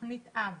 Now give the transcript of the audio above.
תוכנית אב